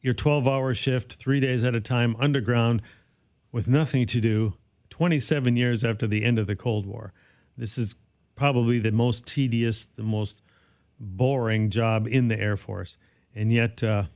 your twelve hour shift three days at a time underground with nothing to do twenty seven years after the end of the cold war this is probably the most tedious the most boring job in the air force and yet